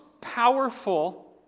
powerful